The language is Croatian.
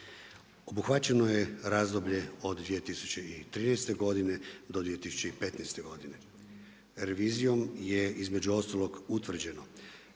Obuhvaćeno je razdoblje od 2013.-2015. godine. Revizijom je između ostalog utvrđeno,